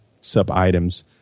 sub-items